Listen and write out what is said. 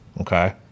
Okay